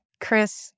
Chris